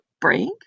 break